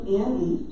Andy